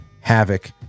havoc